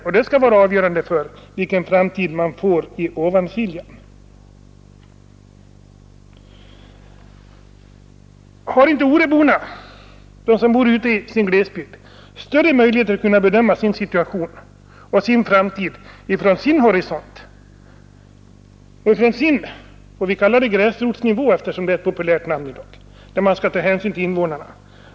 Skall det vara avgörande för vilken framtid man får i Ovansiljan? Har inte Oreborna ute i sin glesbygd större möjlighet att bedöma sin situation och sin framtid från sin horisont och från sin, får vi kalla det ”gräsrotsnivå”, ett populärt uttryck i dag, när det talas om att man skall ta hänsyn till invånarna?